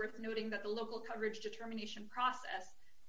worth noting that the local coverage determination process